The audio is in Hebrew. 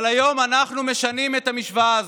אבל היום אנחנו משנים את המשוואה הזו.